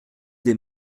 des